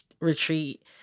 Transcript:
retreat